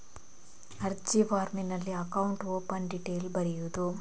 ಯಾವ ಫಾರ್ಮಿನಲ್ಲಿ account open detail ಬರೆಯುವುದು?